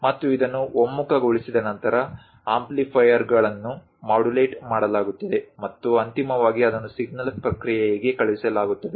ಮತ್ತು ಇದನ್ನು ಒಮ್ಮುಖಗೊಳಿಸಿದ ನಂತರ ಆಂಪ್ಲಿಫೈಯರ್ಗಳನ್ನು ಮಾಡ್ಯುಲೇಟ್ ಮಾಡಲಾಗುತ್ತದೆ ಮತ್ತು ಅಂತಿಮವಾಗಿ ಅದನ್ನು ಸಿಗ್ನಲ್ ಪ್ರಕ್ರಿಯೆಗೆ ಕಳುಹಿಸುತ್ತದೆ